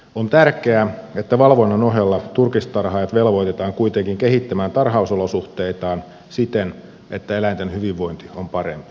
on tärkeää että valvonnan ohella turkistarhaajat velvoitetaan kuitenkin kehittämään tarhausolosuhteitaan siten että eläinten hyvinvointi on parempi